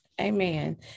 amen